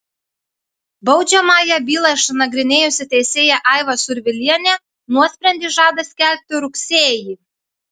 baudžiamąją bylą išnagrinėjusi teisėja aiva survilienė nuosprendį žada skelbti rugsėjį